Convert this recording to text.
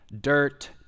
dirt